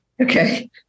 Okay